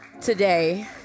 today